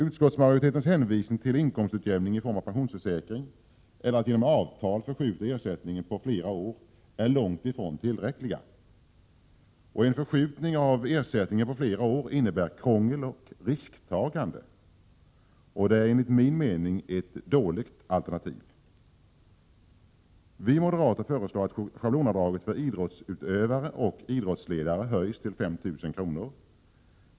Utskottsmajoritetens hänvisning till de möjligheter till inkomstutjämning som finns i form av pensionsför säkring, eller genom att med avtal fördela ersättningen på flera år, är långt ifrån till fyllest. En fördelning av ersättningen på flera år innebär krångel och risktagande. Det är enligt min mening ett dåligt alternativ. Vi moderater föreslår att schablonavdraget för idrottsutövare och idrottsledare höjs till 5 000 kr.